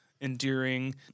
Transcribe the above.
endearing